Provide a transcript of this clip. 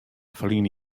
ferline